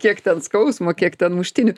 kiek ten skausmo kiek ten muštynių